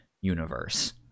universe